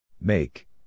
Make